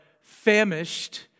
famished